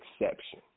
exception